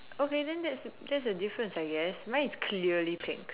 okay then that's the that's the difference I guess mine is clearly pink